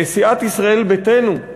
סיעת ישראל ביתנו,